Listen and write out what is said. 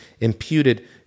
imputed